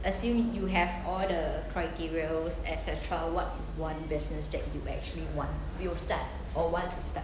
assume you have all the criteria etcetera what is one business that you actually want we will start or want to start